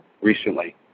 recently